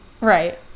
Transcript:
Right